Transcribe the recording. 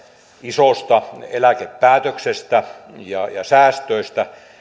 isosta eläkepäätöksestä ja ja säästöistä